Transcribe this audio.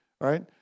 right